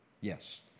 Yes